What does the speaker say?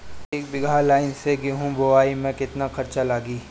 एक बीगहा लाईन से गेहूं बोआई में केतना खर्चा लागी?